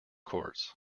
course